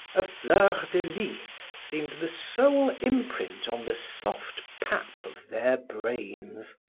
a fleur de lis seemed the sole imprint on the soft pap of their brains.